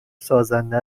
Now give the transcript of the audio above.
سازنده